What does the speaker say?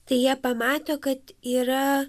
tai jie pamato kad yra